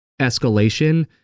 escalation